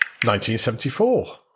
1974